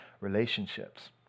relationships